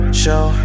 show